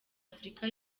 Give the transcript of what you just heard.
afrika